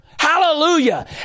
Hallelujah